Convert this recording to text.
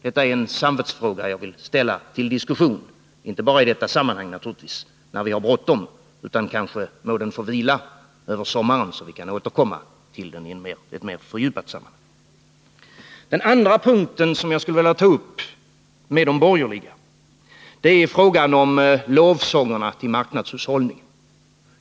Detta är en samvetsfråga som jag vill uppta till diskussion, naturligtvis inte bara i detta sammanhang när vi har bråttom, utan må den vila över sommaren så att vi kan återkomma till den i en mera fördjupad debatt. Den andra punkten som jag skulle vilja ta upp till diskussion med de borgerliga gäller frågan om lovsångerna till marknadshushållningen.